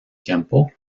tiempo